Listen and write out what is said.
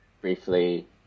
briefly